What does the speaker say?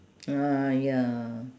ah ya